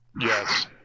Yes